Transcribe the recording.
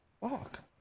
Fuck